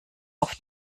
auf